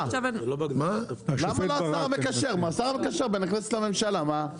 למה לא השר המקשר בין הכנסת לממשלה מה?